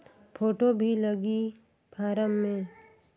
Photo भी लगी form मे?